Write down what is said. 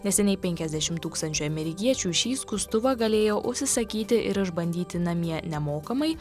neseniai penkiasdešim tūkstančių amerikiečių šį skustuvą galėjo užsisakyti ir išbandyti namie nemokamai